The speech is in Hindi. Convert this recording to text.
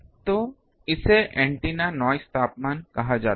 तो इसे ऐन्टेना नॉइज़ तापमान कहा जाता है